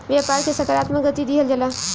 व्यापार के सकारात्मक गति दिहल जाला